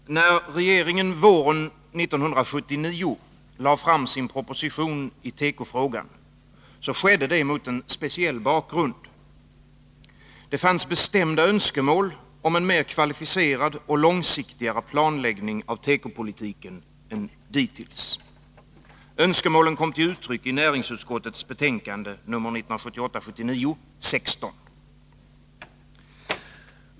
Herr talman! När regeringen våren 1979 lade fram sin proposition i tekofrågan, skedde det mot en speciell bakgrund. Det fanns bestämda önskemål om en mer kvalificerad och långsiktigare planläggning av tekopolitiken än dittills. Önskemålen kom till uttryck i näringsutskottets betänkande 1978/79:16.